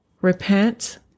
repent